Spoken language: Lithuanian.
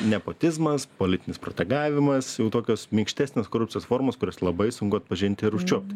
nepotizmas politinis protegavimas jau tokios minkštesnės korupcijos formos kurias labai sunku atpažinti ir užčiuopt